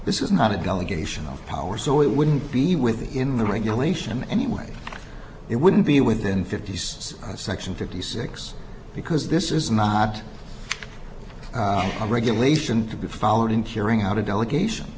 this is not a delegation of power so it wouldn't be within the regulation anyway it wouldn't be within fifty's section fifty six because this is not a regulation to be followed in tearing out a delegation